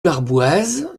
barboise